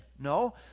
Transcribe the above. No